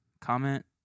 comment